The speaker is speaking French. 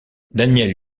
daniel